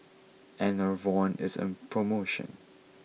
Enervon is on promotion